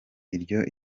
iryo